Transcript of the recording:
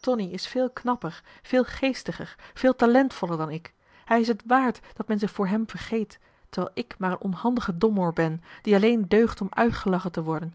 tonie is veel knapper veel geestiger veel talentvoller dan ik hij is t waard dat men zich voor hem vergeet terwijl ik maar een onhandige domoor ben die alleen deugt om uitgelachen te worden